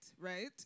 right